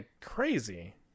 crazy